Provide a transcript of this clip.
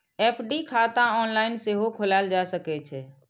FD खाता online सेहो खोलाएल जा सकै छै